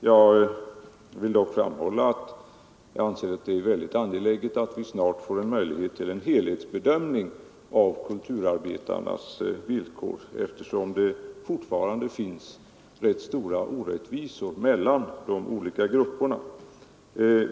Jag vill dock framhålla att jag anser det väldigt angeläget mellan män och att vi snart får möjlighet till en helhetsbedömning av kulturarbetarnas = kvinnor, m.m. villkor eftersom det fortfarande finns stora orättvisor mellan de olika grupperna.